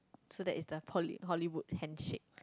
so that is the Hollywood handshake